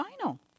final